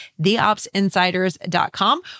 theopsinsiders.com